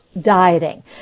dieting